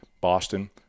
Boston